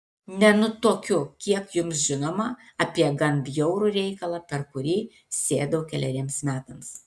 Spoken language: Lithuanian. nenutuokiu kiek jums žinoma apie gan bjaurų reikalą per kurį sėdau keleriems metams